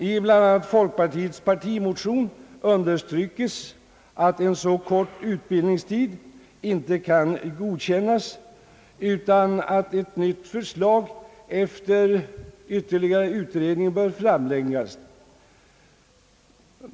I bl.a. folkpartiets partimotion understrykes att en så kort utbildningstid inte kan godkännas, utan att ett nytt förslag efter ytterligare utredning bör framläggas.